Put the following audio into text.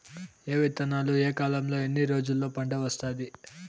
ఏ విత్తనాలు ఏ కాలంలో ఎన్ని రోజుల్లో పంట వస్తాది?